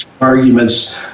arguments